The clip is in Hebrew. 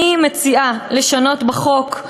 אני מציעה לשנות בחוק,